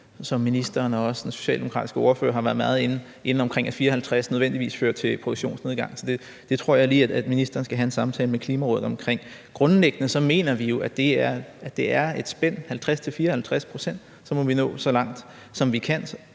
som ministeren og også den socialdemokratiske ordfører har været meget inde omkring, altså at 54 pct. nødvendigvis fører til en produktionsnedgang. Så det tror jeg lige at ministeren skal have en samtale med Klimarådet omkring. Grundlæggende mener vi jo, at det er et spænd på 50-54 pct., og så må vi nå så langt, som vi kan